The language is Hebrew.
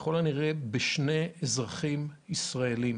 ככל הנראה, בשני אזרחים ישראלים.